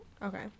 Okay